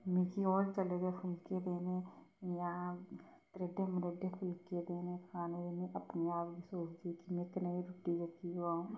मिगी ओह् सड़े दे फुलके देने जां त्रेह्ड़े मरेडे फुलके देने खाने में अपने आप गै सोचदी ही कि कनेही रुट्टी ऐ जेह्की अ'ऊं